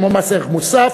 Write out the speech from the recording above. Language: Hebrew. כמו מס ערך מוסף,